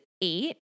eight